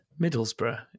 Middlesbrough